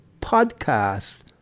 podcast